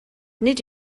nid